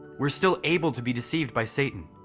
we're still able to be deceived by satan.